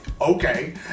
Okay